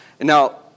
Now